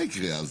מה יקרה אז?